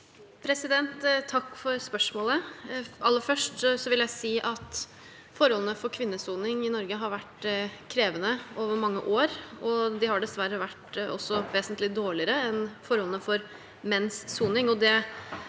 Takk for spørsmå- let. Aller først vil jeg si at forholdene for kvinnesoning i Norge har vært krevende over mange år, og de har dessverre vært vesentlig dårligere enn forholdene for menns soning.